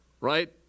right